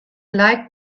like